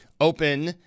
Open